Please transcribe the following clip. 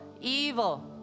evil